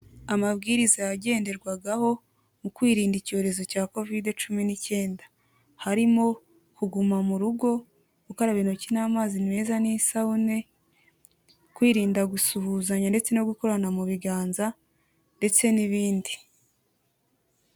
Amabwiriza yagenderwagaho mu kwirinda icyorezo cya Kovide cumi n'icyenda. Harimo kuguma mu rugo, gukaraba intoki n'amazi meza n'isabune, kwirinda gusuhuzanya ndetse no gukorana mu biganza ndetse n'ibindi.